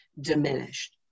diminished